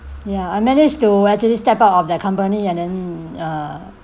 ya I managed to actually step out of that company and then uh